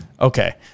Okay